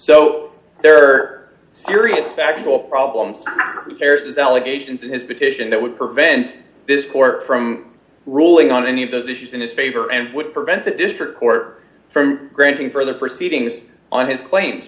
so there are serious factual problems prepares allegations in his petition that would prevent this for from ruling on any of those issues in his favor and would prevent the district court from granting further proceedings on his cla